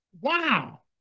wow